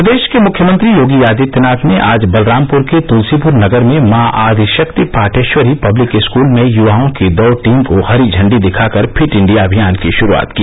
प्रदेश के मुख्यमंत्री योगी आदित्यनाथ ने आज बलरामपुर के तुलसीपुर नगर में माँ आदिशक्ति पाटेश्वरी पब्लिक स्कूल में युवाओं की दौड़ टीम को हरी झंडी दिखाकर फिट इण्डिया अभियान की शुरूआत की